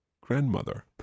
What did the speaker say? grandmother